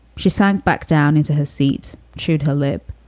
she sank back down into her seat, chewed her lip.